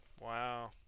Wow